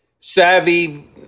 savvy